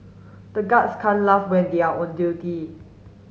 the guards can't laugh when they are on duty